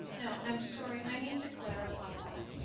no, i'm sorry i need to clarify that.